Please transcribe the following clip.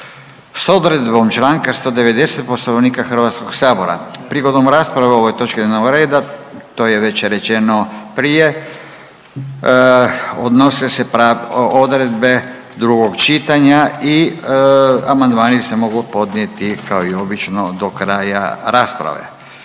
u svezi s čl. 190. Poslovnika Hrvatskog sabora. Prigodom rasprave o ovoj točki dnevnog reda to je već rečeno prije, se odnose odredbe drugog čitanja i amandmani se mogu podnijeti kao i obično do kraja rasprave.